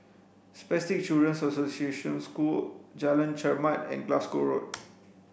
Spastic Children's Association School Jalan Chermat and Glasgow Road